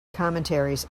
commentaries